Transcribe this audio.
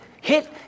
hit